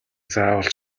заавал